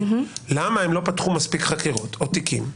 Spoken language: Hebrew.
למה הם לא פתחו מספיק חקירות או תיקים,